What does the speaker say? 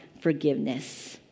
Forgiveness